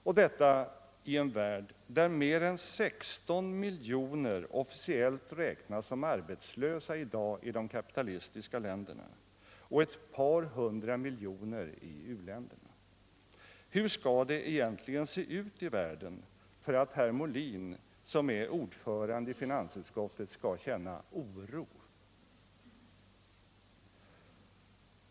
Och detta i en värld där i dag mer än 16 miljoner i de kapitalistiska länderna och ett par hundra miljoner i u-länderna officiellt räknas som arbetslösa. Hur skall det egentligen se ut i Finansdebatt Finansdebatt världen för att herr Molin, som är ordförande i finansutskottet. skall känna Oro?